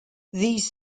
these